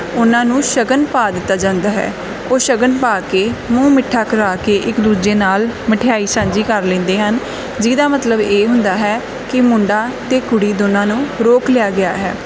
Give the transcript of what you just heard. ਉਹਨਾਂ ਨੂੰ ਸ਼ਗਨ ਪਾ ਦਿੱਤਾ ਜਾਂਦਾ ਹੈ ਉਹ ਸ਼ਗਨ ਪਾ ਕੇ ਮੂੰਹ ਮਿੱਠਾ ਕਰਾ ਕੇ ਇੱਕ ਦੂਜੇ ਨਾਲ ਮਠਿਆਈ ਸਾਂਝੀ ਕਰ ਲੈਂਦੇ ਹਨ ਜਿਹਦਾ ਮਤਲਬ ਇਹ ਹੁੰਦਾ ਹੈ ਕਿ ਮੁੰਡਾ ਅਤੇ ਕੁੜੀ ਦੋਨਾਂ ਨੂੰ ਰੋਕ ਲਿਆ ਗਿਆ ਹੈ